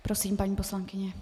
Prosím, paní poslankyně.